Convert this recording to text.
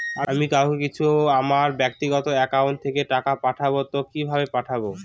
আমি কাউকে কিছু আমার ব্যাক্তিগত একাউন্ট থেকে টাকা পাঠাবো তো কিভাবে পাঠাবো?